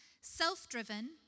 Self-driven